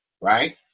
right